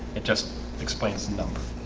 it just explains the number